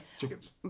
Chickens